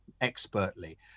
expertly